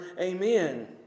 Amen